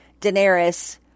Daenerys